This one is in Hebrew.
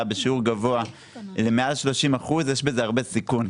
בשיעור גבוה מעל 30% יש בזה הרבה סיכון,